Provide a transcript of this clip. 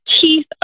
teeth